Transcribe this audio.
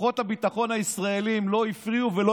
כוחות הביטחון הישראליים לא הפריעו ולא